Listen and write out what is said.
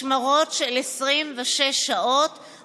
משמרות של 26 שעות,